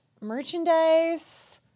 merchandise